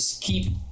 keep